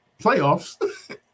playoffs